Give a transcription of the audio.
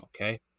Okay